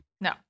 no